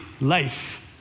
life